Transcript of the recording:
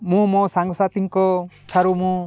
ମୁଁ ମୋ ସାଙ୍ଗସାଥିୀଙ୍କ ଠାରୁ ମୁଁ